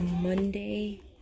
Monday